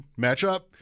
matchup